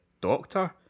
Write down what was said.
doctor